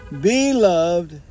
Beloved